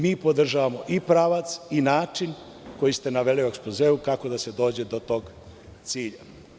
Mi podržavamo i pravac i način koji ste naveli u ekspozeu kako da se dođe do tog cilja.